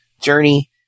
journey